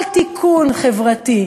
כל תיקון חברתי,